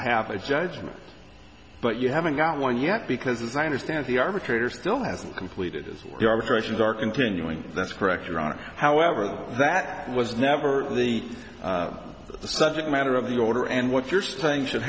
have a judgment but you haven't got one yet because as i understand the arbitrator still hasn't completed as your versions are continuing that's correct your honor however that that was never the subject matter of the order and what you're saying should